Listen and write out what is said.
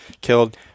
killed